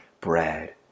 bread